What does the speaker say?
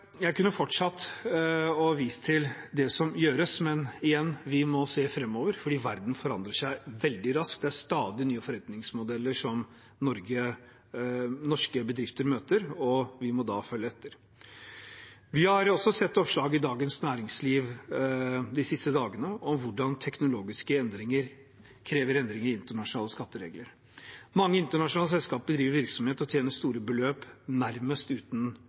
Jeg kunne fortsatt å vise til det som gjøres, men vi må se framover, for verden forandrer seg veldig raskt. Det er stadig nye forretningsmodeller som norske bedrifter møter, og vi må da følge etter. Vi har også sett oppslag i Dagens Næringsliv de siste dagene om hvordan teknologiske endringer krever endring i internasjonale skatteregler. Mange internasjonale selskaper driver virksomhet og tjener store beløp nærmest uten